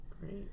great